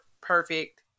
perfect